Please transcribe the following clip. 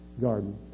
garden